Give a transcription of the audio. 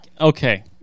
okay